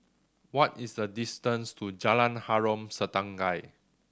what is the distance to Jalan Harom Setangkai